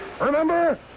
Remember